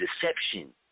deception